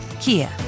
Kia